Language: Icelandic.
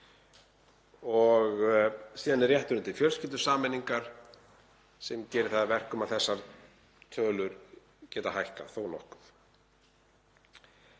Síðan er rétturinn til fjölskyldusameiningar sem gerir það að verkum að þessar tölur geta hækkað þó nokkuð.